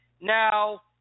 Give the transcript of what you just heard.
Now